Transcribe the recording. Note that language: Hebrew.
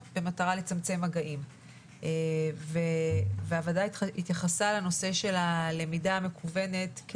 במטרה לצמצם מגעים והוועדה התייחסה לנושא של הלמידה המקוונת.